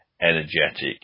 energetic